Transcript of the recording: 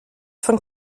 von